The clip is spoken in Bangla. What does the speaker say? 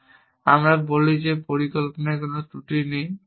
এবং আমরা বলি যে পরিকল্পনার কোনো ত্রুটি নেই